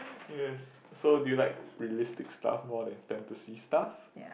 yes so do you like realistic stuff more than fantasy stuff